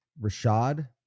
Rashad